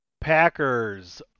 Packers